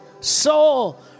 Soul